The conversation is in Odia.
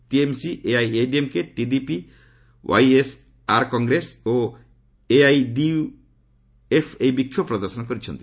TMC AIADMK TDP YSR Congress ଓ ଏଆଇୟୁଡିଏଫ୍ ଏହି ବିକ୍ଷୋଭ ପ୍ରଦର୍ଶନ କରିଛନ୍ତି